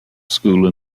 school